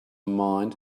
mind